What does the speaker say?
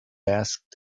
asked